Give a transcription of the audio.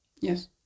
Yes